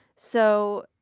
so,